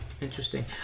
Interesting